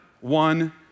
One